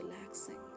relaxing